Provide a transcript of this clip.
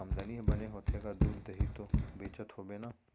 आमदनी ह बने होथे गा, दूद, दही तो बेचत होबे ना?